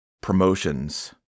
promotions